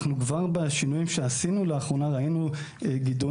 כבר בשינויים שעשינו לאחרונה ראינו גידול